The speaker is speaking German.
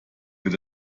wird